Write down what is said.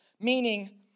Meaning